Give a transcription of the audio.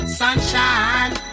sunshine